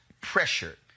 pressure